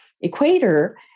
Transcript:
equator